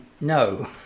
no